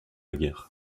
guerre